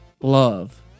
love